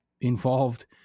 involved